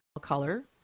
color